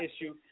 issue